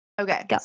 Okay